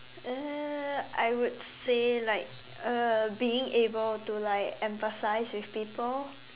uh I would say like uh being able to like empathize with people